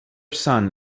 son